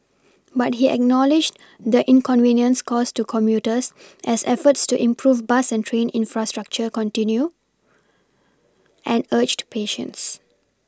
but he acknowledged the inconvenience caused to commuters as efforts to improve bus and train infrastructure continue and urged patience